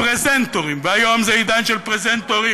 שהפרזנטורים, והיום זה עידן של פרזנטורים